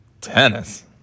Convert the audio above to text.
Tennis